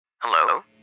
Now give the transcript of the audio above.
Hello